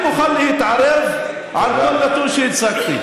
אני מוכן להתערב על כל נתון שהצגתי.